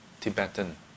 Tibetan